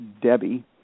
Debbie